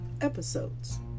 episodes